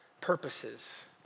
purposes